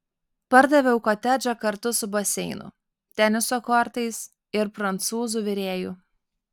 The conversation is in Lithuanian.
pardaviau kotedžą kartu su baseinu teniso kortais ir prancūzų virėju